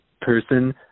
person